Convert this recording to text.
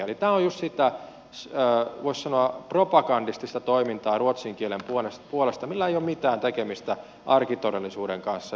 eli tämä on just sitä voisi sanoa propagandistista toimintaa ruotsin kielen puolesta millä ei ole mitään tekemistä arkitodellisuuden kanssa